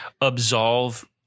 absolve